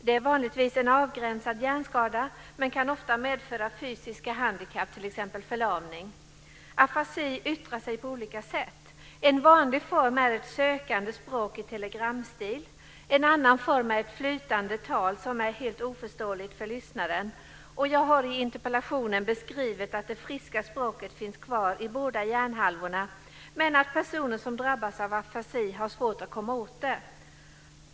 Det är vanligtvis en avgränsad hjärnskada, men denna kan ofta medföra fysiska handikapp, t.ex. förlamning. Afasi yttrar sig på olika sätt. En vanlig form är ett sökande språk i telegramstil. En annan form är flytande tal som är helt oförståeligt för lyssnaren. Jag har i interpellationen beskrivit att det friska språket finns kvar i båda hjärnhalvorna men att personer som drabbats av afasi har svårt att komma åt det.